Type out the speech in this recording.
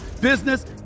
business